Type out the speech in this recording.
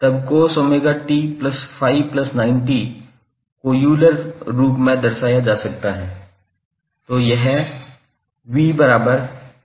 तब cos𝜔𝑡∅90 को यूलर रूप में दर्शाया जा सकता है